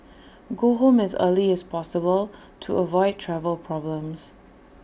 go home as early as possible to avoid travel problems